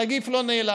הנגיף לא נעלם,